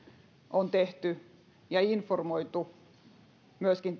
on tehty ja siitä on informoitu myöskin